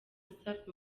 safi